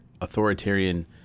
authoritarian